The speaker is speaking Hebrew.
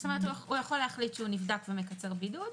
זאת אומרת הוא יכול להחליט שהוא נבדק ומקצר בידוד,